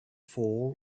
fall